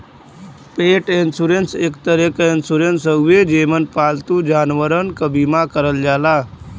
पेट इन्शुरन्स एक तरे क इन्शुरन्स हउवे जेमन पालतू जानवरन क बीमा करल जाला